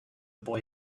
boy